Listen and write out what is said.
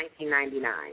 1999